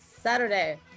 saturday